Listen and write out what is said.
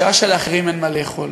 בשעה שלאחרים אין מה לאכול.